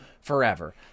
forever